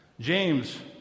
James